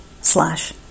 slash